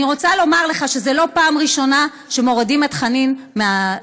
אני רוצה לומר לך שזו לא פעם ראשונה שמורידים את חנין מהדוכן.